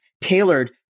tailored